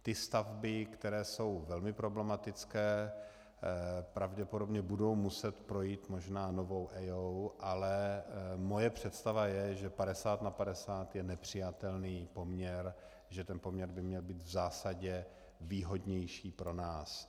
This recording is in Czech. Ty stavby, které jsou velmi problematické, pravděpodobně budou muset projít možná novou EIA, ale moje představa je, že 50 na 50 je nepřijatelný poměr, že ten poměr by měl být v zásadě výhodnější pro nás.